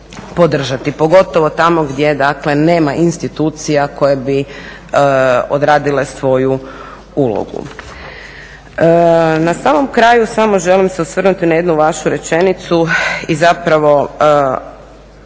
podržati pogotovo tamo gdje dakle nema institucija koje bi odradile svoju ulogu. Na samom kraju samo želim se osvrnuti na jednu vašu rečenicu i zapravo